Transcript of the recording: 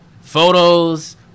photos